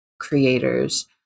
creators